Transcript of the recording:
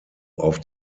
auf